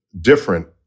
different